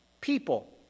people